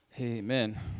Amen